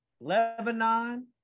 Lebanon